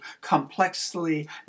complexly